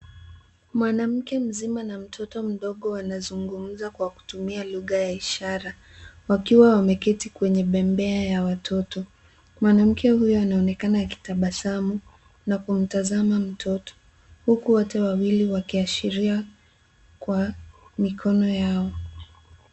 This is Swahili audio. Mwanamke mzima na mtoto mdogo wana zungumza kwa kutumia lugha ya ishara wakiwa wameketi kwenye bembea ya watoto. Mwanamke huyo anaonekana akitabasamu na kumtazama mtoto, huku wote wawili wakiashiria kwa mikono yao.